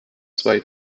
zwei